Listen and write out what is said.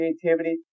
creativity